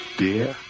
dear